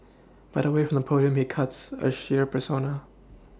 but away from the podium he cuts a shyer persona